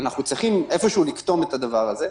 שאיפשהו אנחנו צריכים לקטום את הדבר הזה.